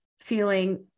feeling